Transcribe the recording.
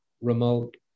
remote